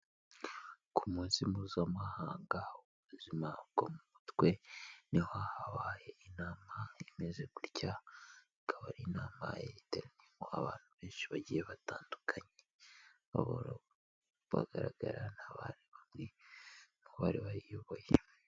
Ku munsi mpuzamahanga w'ubuzima bwo mu mutwe, niho habaye inama imeze gutya, ikaba ari inama yari iteraniyemo abantu benshi bagiye batandukanye, abo rero bagaragara ni abari mubari bayiyoboye.